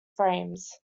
frames